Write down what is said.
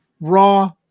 Raw